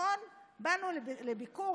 באנו לביקור,